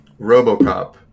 Robocop